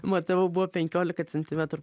matavau buvo penkiolika centimetrų